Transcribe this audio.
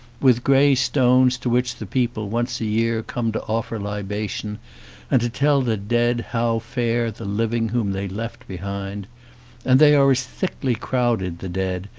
with grey stones to which the people once a year come to offer libation and to tell the dead how fare the living whom they left behind and they are as thickly crowded, the dead,